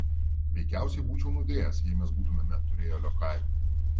veikiausiai būčiau nudėjęs jei mes būtumėme turėję liokajų